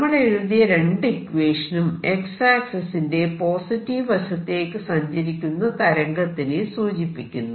നമ്മൾ എഴുതിയ രണ്ട് ഇക്വേഷനും X ആക്സിസിന്റെ പോസിറ്റീവ് വശത്തേക്ക് സഞ്ചരിക്കുന്ന തരംഗത്തിനെ സൂചിപ്പിക്കുന്നു